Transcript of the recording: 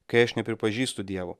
kai aš nepripažįstu dievo